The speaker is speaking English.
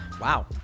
Wow